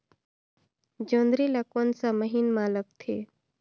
जोंदरी ला कोन सा महीन मां लगथे?